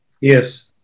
Yes